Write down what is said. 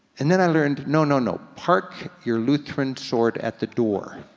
and then i learned, no, no, no. park your lutheran sword at the door.